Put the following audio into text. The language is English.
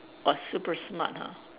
or super smart ha